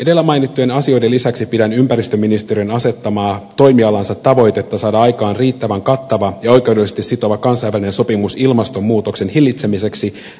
edellä mainittujen asioiden lisäksi pidän äärimmäisen tärkeänä ympäristöministeriön asettamaa toimialansa tavoitetta saada aikaan riittävän kattava ja oikeudellisesti sitova kansainvälinen sopimus ilmastonmuutoksen hillitsemiseksi